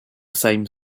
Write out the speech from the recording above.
same